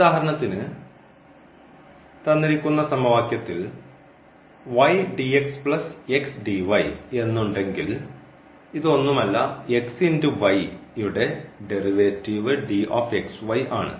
ഉദാഹരണത്തിന് തന്നിരിക്കുന്ന സമവാക്യത്തിൽ എന്നുണ്ടെങ്കിൽ ഇത് ഒന്നുമല്ല യുടെ ഡെറിവേറ്റീവ് ആണ്